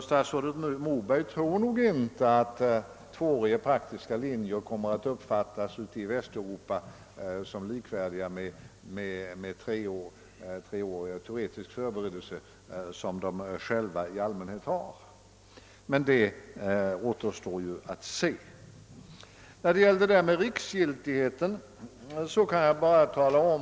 Statsrådet Moberg tror nog inte heller själv på att tvååriga praktiska utbildningslinjer kommer att ute i Västeuropa uppfattas såsom likvärdiga med en treårig teoretisk förberedelse, vilket man i allmänhet har såsom kompetenskrav i de västeuropeiska länderna. Det återstår emellertid att se hur det blir härmed.